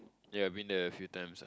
ya I've been there a few times ah